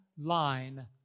line